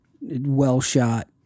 well-shot